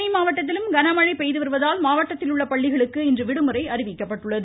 தேனி மாவட்டத்திலும் கனமழை பெய்து வருவதால் மாவட்டத்தில் உள்ள பள்ளிகளுக்கு இன்று விடுமுறை அறிவிக்கப்பட்டுள்ளது